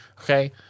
Okay